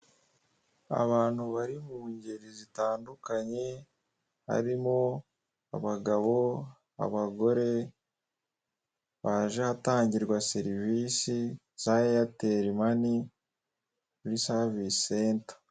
Abantu bari mungeri zitandukanye harimo abagabo, abagore baje ahatangirwa serivise za Airtel mani (money) kuri serivise senta (service center).